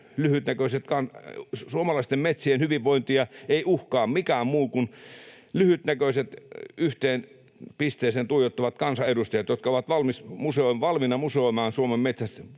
Suomen metsien hyvinvointia ei uhkaa mikään muu kuin lyhytnäköiset yhteen pisteeseen tuijottavat kansanedustajat, jotka ovat valmiina museoimaan Suomen metsät